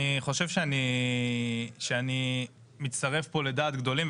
אני חושב שאני מצטרף פה לדעת גדולים.